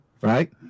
right